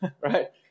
Right